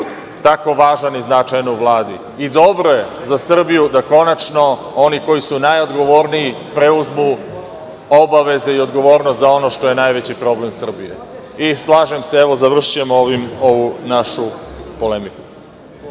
tako važan i značajan u Vladi. Dobro je za Srbiju da, konačno, oni koji su najodgovorniji preuzmu obaveze i odgovornost za ono što je najveći problem Srbije. Slažem se, završavam ovu našu polemiku.